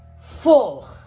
full